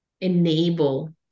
enable